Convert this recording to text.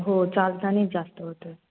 हो चालतानाच जास्त होतं